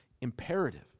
imperative